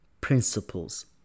principles